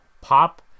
pop